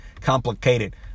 complicated